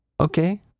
okay